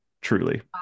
Truly